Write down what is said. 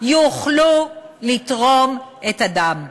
שיוכלו לתרום דם.